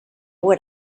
what